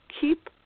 keep